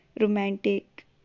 romantic